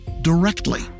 directly